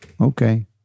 Okay